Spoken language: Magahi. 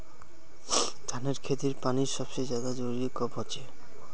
धानेर खेतीत पानीर सबसे ज्यादा जरुरी कब होचे?